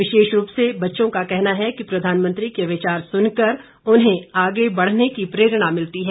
विशेषरूप से बच्चों का कहना है कि प्रधानमंत्री के विचार सुनकर उन्हें आगे बढ़ने की प्रेरणा मिलती है